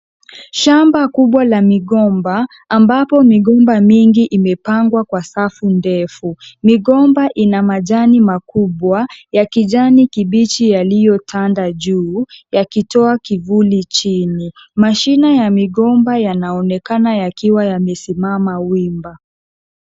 Shamba kubwa la migomba, ambapo migomba mingi imepangwa kwa safu ndefu. Migomba ina majani makubwa, ya kijani kibichi yaliyotanda juu, yakitoa kivuli chini. Mashine ya migomba yanaonekana yakiwa yamesimama wima.